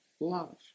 love